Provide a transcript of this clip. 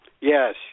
Yes